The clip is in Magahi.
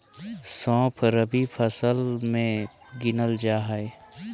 सौंफ रबी फसल मे गिनल जा हय